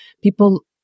people